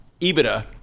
EBITDA